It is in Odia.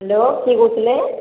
ହ୍ୟାଲୋ କିଏ କହୁଥିଲେ